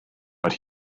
but